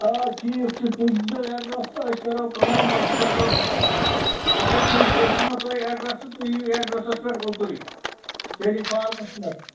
آ ٹھیٖک چھُ تُہۍ دیٖزیٚو ایٚڈرس تہٕ أسۍ کَرَو کٲم أسۍ سوزو اَچھا تُہۍ أسۍ دِمو تۄہہِ ایٚڈرس تہٕ تُہۍ یِیِو ایٚڈرَسَس پٮ۪ٹھ اوٚتُے ٹیٚلِی فارمَس پٮ۪ٹھ